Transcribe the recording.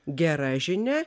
gera žinia